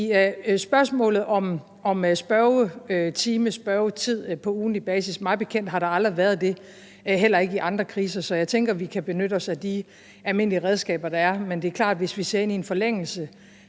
spørgsmålet om spørgetime/spørgetid på ugentlig basis har der mig bekendt aldrig været det, heller ikke under andre kriser, så jeg tænker, at vi kan benytte os af de almindelige redskaber, der er. Men det er klart, at hvis vi ser ind i en forlængelse